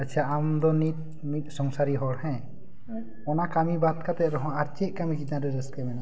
ᱟᱪᱪᱷᱟ ᱟᱢ ᱫᱚ ᱱᱤᱛ ᱢᱤᱫ ᱥᱚᱝᱥᱟᱨᱤ ᱦᱚᱲ ᱦᱮᱸ ᱚᱱᱟ ᱠᱟᱹᱢᱤ ᱵᱟᱫᱽ ᱠᱟᱛᱮ ᱨᱮᱦᱚᱸ ᱟᱨ ᱪᱮᱫ ᱠᱟᱹᱢᱤ ᱪᱮᱛᱟᱱ ᱨᱮ ᱨᱟᱹᱥᱠᱟᱹ ᱢᱮᱱᱟᱜ ᱛᱟᱢᱟ